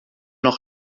noch